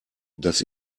das